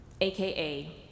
AKA